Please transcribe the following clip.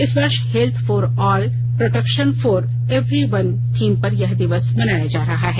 इस वर्ष health for all protection for every one theme पर यह दिवस मनाया जा रहा है